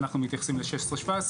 אנחנו מתייחסים ל-16-17,